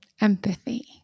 empathy